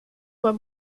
were